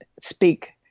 speak